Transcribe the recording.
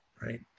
right